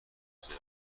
رزرو